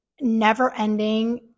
never-ending